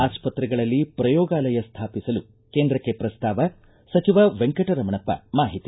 ಆಸ್ಪತ್ರೆಗಳಲ್ಲಿ ಪ್ರಯೋಗಾಲಯ ಸ್ಮಾಪಿಸಲು ಕೇಂದ್ರಕ್ಕೆ ಪ್ರಸ್ತಾವ ಸಚಿವ ವೆಂಕಟರಮಣಪ್ಪ ಮಾಹಿತಿ